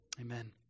Amen